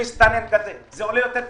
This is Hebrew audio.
זה עולה יותר כסף.